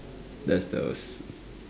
that's the